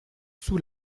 sous